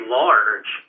large